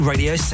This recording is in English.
Radio